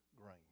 grain